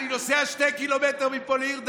אני נוסע שני ק"מ מפה לעיר דוד.